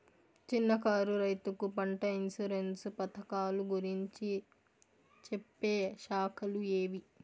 చిన్న కారు రైతుకు పంట ఇన్సూరెన్సు పథకాలు గురించి చెప్పే శాఖలు ఏవి?